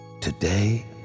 Today